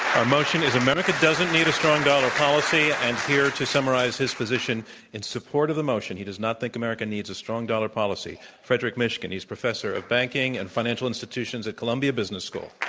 our motion is america doesn't need a strong dollar policy, and here to summarize his position in support of the motion, he does not think america needs a strong dollar policy, frederick mishkin. he's professor of banking and financial institutions at columbia business school.